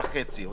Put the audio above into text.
או חודש וחצי.